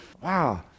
Wow